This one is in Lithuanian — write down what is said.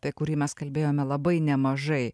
apie kurį mes kalbėjome labai nemažai